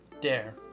Dare